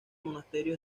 monasterio